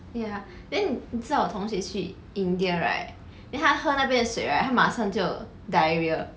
ya then 你知道我同学去 india right then 他喝那边水 right 他马上就 diarrhoea